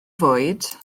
fwyd